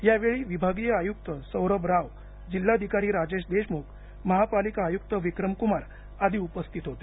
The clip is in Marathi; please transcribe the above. यावेळी विभागीय आयुक्त सौरभ राव जिल्हाधिकारी राजेश देशमुख महापालिका आयुक्त विक्रम कुमार आदी उपस्थित होते